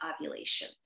ovulation